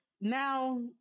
now